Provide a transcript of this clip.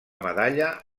medalla